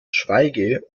schweige